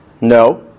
no